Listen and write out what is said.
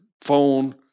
phone